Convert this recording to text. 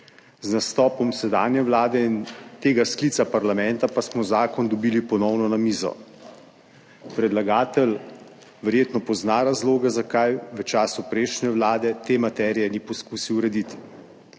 Z nastopom sedanje vlade in tega sklica parlamenta, pa smo zakon ponovno dobili na mizo. Predlagatelj verjetno pozna razloge, zakaj v času prejšnje vlade te materije ni poskusil urediti.